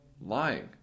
Lying